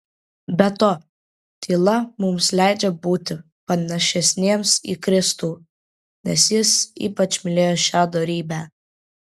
be to tyla mums leidžia būti panašesniems į kristų nes jis ypač mylėjo šią dorybę